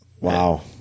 Wow